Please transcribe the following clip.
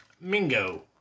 Mingo